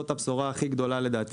זאת הבשורה הכי גדולה לדעתי.